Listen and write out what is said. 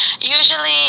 Usually